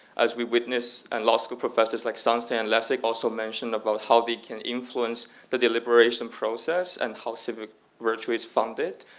as we witness and law school professors like stan stan lessig also mentioned about how they can influence the deliberation process and how civic virtue is founded.